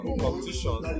competition